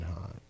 hot